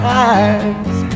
eyes